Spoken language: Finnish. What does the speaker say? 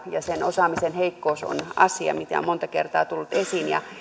ja sen osaamisen heikkous on asia mikä on monta kertaa tullut esiin ja